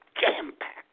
jam-packed